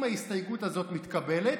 אם ההסתייגות הזאת מתקבלת,